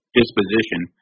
disposition